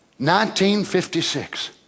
1956